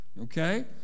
Okay